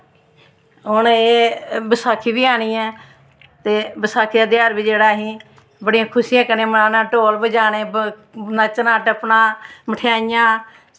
हून एह् बसाखी बी आनी ऐ ते बसाखी दा तेहार बी जेह्ड़ा असी बड़ी शुशियें कन्नै मनान्ना ढोल बजाने नच्चना टप्पना मठेआइयां